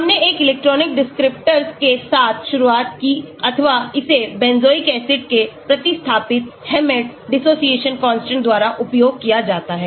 हमने एक electronic descriptors के साथ शुरुआत की अथवा इसे बेंजोइक एसिड के प्रतिस्थापित हेममेट dissociation constants द्वारा उपयोग किया जाता है